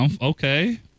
Okay